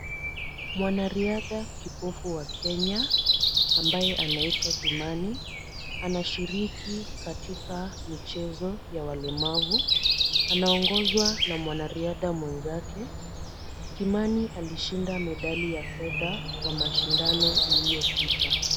Mwanariadha kipofu wa Kenya, ambaye anaitwa Kimani, anashiriki katika michezo ya walemavu. Anaongozwa na wariadha wenzake. Kimani alishinda medali ya fedha kwa mashindano iliopita.